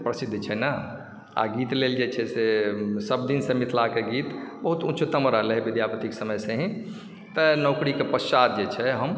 प्रसिद्ध छै न आ गीत लेल जे छै से सभदिनसँ मिथिलाके गीत बहुत उच्चतम रहलै विद्यापतिके समय से ही तऽ नोकरीके पश्चात जे छै हम